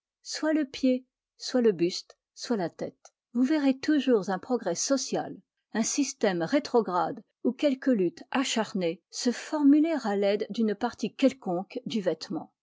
soit le pied soit le buste soit la tête vous verrez toujours un progrès social un système rétrograde ou quelque lutte acharnée se formuler à l'aide d'une partie quelconque du vêtement